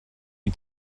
you